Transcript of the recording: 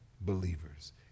believers